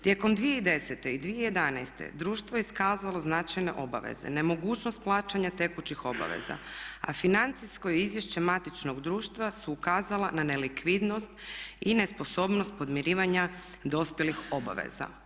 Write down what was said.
Tijekom 2010. i 2011. društvo je iskazalo značajne obaveze, nemogućnost plaćanja tekućih obaveza a financijska izvješća matičnog društva su ukazala na nelikvidnost i nesposobnost podmirivanja dospjelih obaveza.